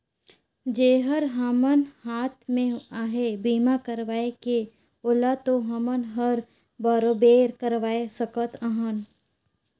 जेहर हमर हात मे अहे बीमा करवाये के ओला तो हमन हर बराबेर करवाये सकत अहन